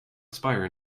expire